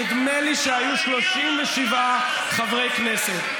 נדמה לי שהיו 37 חברי כנסת.